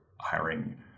hiring